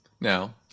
Now